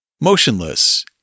motionless